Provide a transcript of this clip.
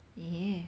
yea